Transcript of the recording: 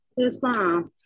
Islam